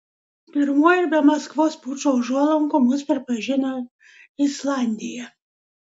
pirmoji ir be maskvos pučo užuolankų mus pripažino islandija